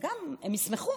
שגם לזה הם ישמחו.